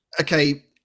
okay